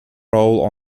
role